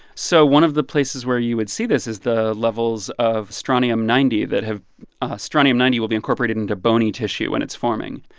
so one of the places where you would see this is the levels of strontium ninety that have strontium ninety will be incorporated into bony tissue when it's forming.